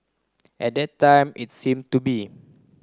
at that time it seem to be